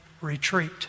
retreat